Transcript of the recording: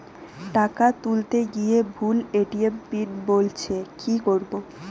টাকা তুলতে গিয়ে ভুল এ.টি.এম পিন বলছে কি করবো?